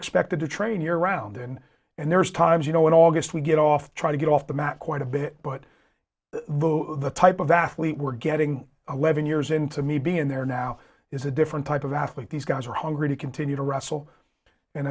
expected to train your round in and there's times you know in august we get off trying to get off the mat quite a bit but the type of athlete we're getting levin years into me being there now is a different type of athlete these guys are hungry to continue to wrestle and